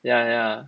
ya ya